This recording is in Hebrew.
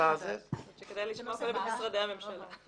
-- אני חושבת שכדאי לשאול את משרדי הממשלה.